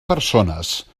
persones